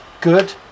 good